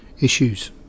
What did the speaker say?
issues